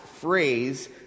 phrase